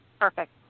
Perfect